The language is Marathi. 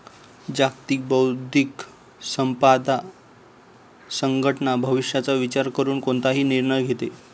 जागतिक बौद्धिक संपदा संघटना भविष्याचा विचार करून कोणताही निर्णय घेते